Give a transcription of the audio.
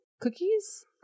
Cookies